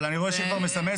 אבל אני רואה שהיא כבר מסמסת.